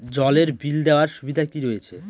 জলের বিল দেওয়ার সুবিধা কি রয়েছে?